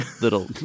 little